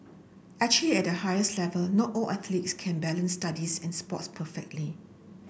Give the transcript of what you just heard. actually at the highest level not all athletes can balance studies and sports perfectly